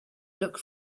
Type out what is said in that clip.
look